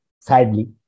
sadly